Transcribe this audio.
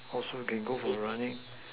also can go for running